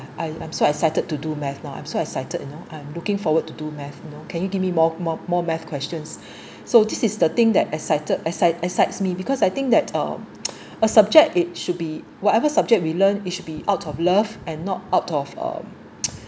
I’m I'm so excited to do math now I'm so excited you know I'm looking forward to do math you know can you give me more more more math questions so this is the thing that excited excite excite me because I think that uh a subject it should be whatever subject we learnt it should be out of love and not out of uh